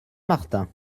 martin